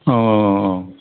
औ औ औ